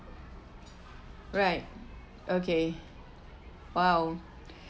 right okay !wow!